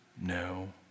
No